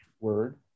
word